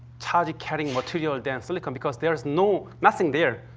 charge-carrying material than silicon because there's no nothing there.